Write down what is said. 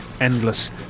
endless